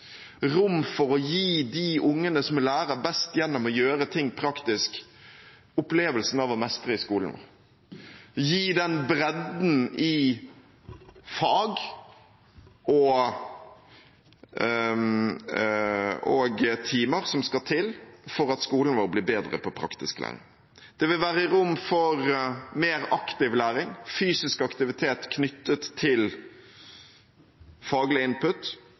rom for å gi de ungene som lærer best gjennom å gjøre ting praktisk, opplevelsen av å mestre i skolen, gi den bredden i fag og timer som skal til for at skolen vår bli bedre i praktisk læring. Det vil være rom for mer aktiv læring, fysisk aktivitet knyttet til